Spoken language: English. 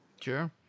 Sure